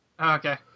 Okay